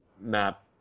map